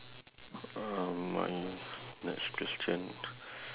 uh my next question